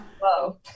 Whoa